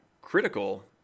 critical